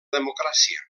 democràcia